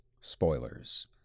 Spoilers